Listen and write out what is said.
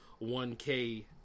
1k